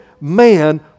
man